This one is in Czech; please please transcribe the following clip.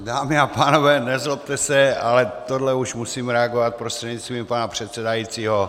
Dámy a pánové, nezlobte se, ale na tohle už musím reagovat prostřednictvím pana předsedajícího.